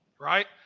Right